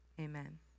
Amen